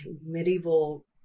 medieval